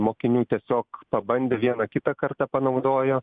mokinių tiesiog pabandė vieną kitą kartą panaudojo